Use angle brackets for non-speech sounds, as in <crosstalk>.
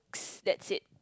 <noise> that's it